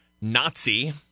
Nazi